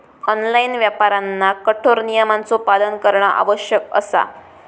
online व्यापाऱ्यांना कठोर नियमांचो पालन करणा आवश्यक असा